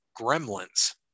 Gremlins